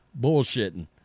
bullshitting